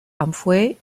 amphoe